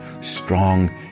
strong